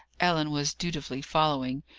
ellen was dutifully following.